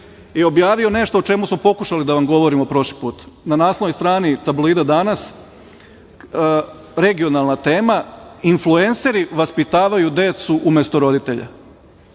je objavio nešto o čemu smo pokušali da vam govorimo prošli put. Na naslovnoj strani tabloida „Danas“, regionalna tema, „Influenseri vaspitavaju decu umesto roditelja“.